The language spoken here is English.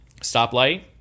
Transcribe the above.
stoplight